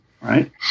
Right